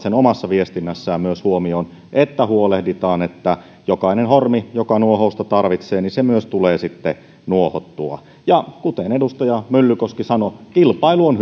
omassa viestinnässään myös huomioon sen että huolehditaan että jokainen hormi joka nuohousta tarvitsee myös tulee sitten nuohottua kuten edustaja myllykoski sanoi kilpailu on